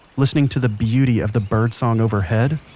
listening to the beauty of the birdsong overhead,